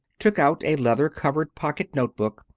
took out a leather-covered pocket notebook,